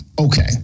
okay